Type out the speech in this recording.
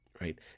right